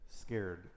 scared